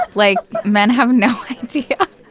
like men have no idea.